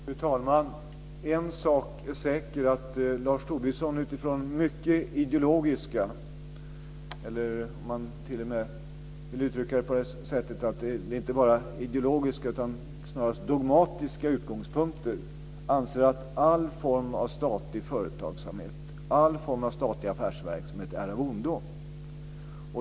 Fru talman! En sak är säker och det är att Lars Tobisson från mycket ideologiska - ja, inte bara det utan också snarast dogmatiska - utgångspunkter anser att all form av statlig företagsamhet, all form av statlig affärsverksamhet, är av ondo.